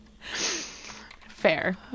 Fair